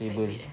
table